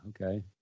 okay